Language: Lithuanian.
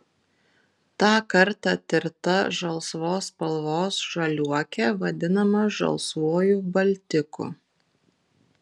tą kartą tirta žalsvos spalvos žaliuokė vadinama žalsvuoju baltiku